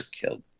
killed